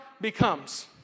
becomes